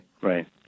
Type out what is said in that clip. Right